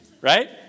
Right